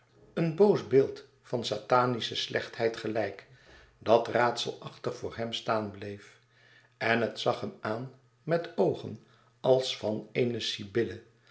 een boos beeld van satanische slechtheid gelijk dat raadselachtig voor hem staan bleef en het zag hem aan met oogen als van